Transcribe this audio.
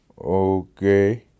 Okay